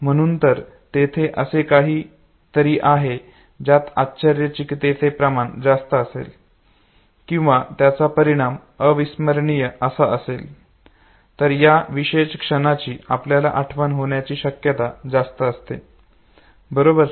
म्हणून जर तेथे असे काहीतरी आहे ज्यात आश्चर्यचकिततेचे प्रमाण जास्त असेल किंवा त्याचा परिणाम अविस्मरणीय असा असेल तर त्या विशेष क्षणाची आपल्याला आठवण होण्याची शक्यता जास्त असते बरोबर